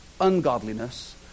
ungodliness